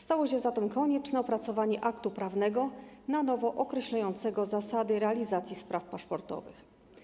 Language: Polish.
Stało się zatem konieczne opracowanie aktu prawnego na nowo określającego zasady realizacji spraw paszportowych.